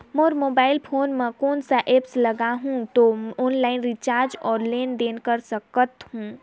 मोर mobile phone मे कोन सा एप्प लगा हूं तो ऑनलाइन रिचार्ज और लेन देन कर सकत हू?